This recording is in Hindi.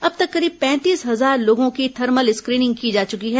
अब तक करीब पैंतीस हजार लोगों की थर्मल स्क्रीनिंग की जा चुकी है